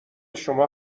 شما